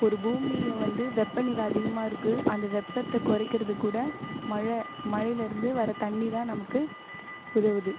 ஒரு பூமியை வந்து வெப்பநிலை அதிகமாகருக்கு அந்த வெப்பத்தை குறைக்கிறது கூட மழை மழைலிருந்து வர தண்ணி தான் நமக்கு உதவுது